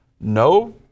No